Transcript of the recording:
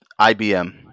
IBM